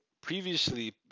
previously